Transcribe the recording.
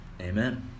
Amen